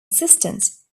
existence